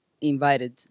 invited